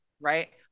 Right